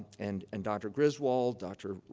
and and dr. griswold, dr.